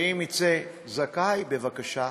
ואם יצא זכאי, בבקשה,